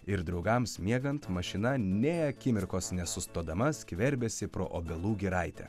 ir draugams miegant mašina nė akimirkos nesustodama skverbėsi pro obelų giraitę